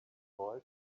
boy